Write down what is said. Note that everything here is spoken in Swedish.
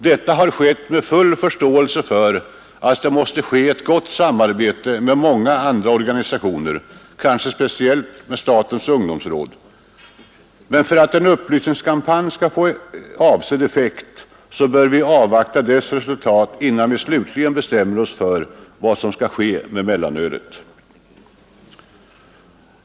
Detta har skett med full förståelse för att det måste förekomma ett gott samarbete med många andra organisationer — kanske speciellt med statens ungdomsråd. Men för att en upplysningskampanj skall få avsedd effekt bör vi avvakta dess resultat, innan vi slutligen bestämmer oss för vad som skall ske med mellanölet.